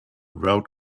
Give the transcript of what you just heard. route